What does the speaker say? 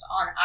on